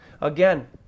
Again